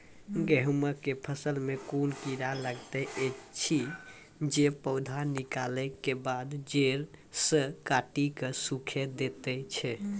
गेहूँमक फसल मे कून कीड़ा लागतै ऐछि जे पौधा निकलै केबाद जैर सऽ काटि कऽ सूखे दैति छै?